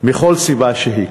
מכל סיבה שהיא,